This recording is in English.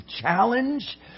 challenge